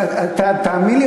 תאמין לי,